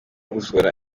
gusohora